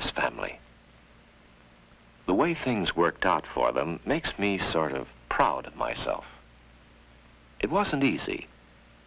this family the way things worked out for them makes me sort of proud of myself it wasn't easy